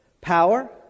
power